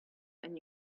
and